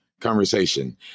conversation